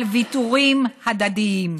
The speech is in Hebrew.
על ויתורים הדדיים.